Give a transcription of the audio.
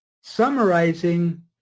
summarizing